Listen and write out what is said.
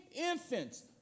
infants